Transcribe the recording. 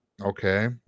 Okay